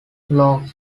locke